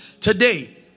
Today